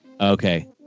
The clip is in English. Okay